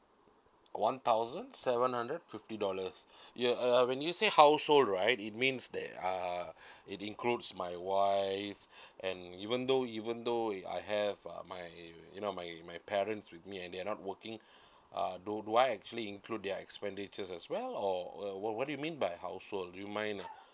one thousand seven hundred fifty dollars you uh when you say household right it means that uh it includes my wife and even though even though if I have uh my you know my my parents with me and they're not working uh do do I actually include their expenditures as well or or what what do you mean by household do you mind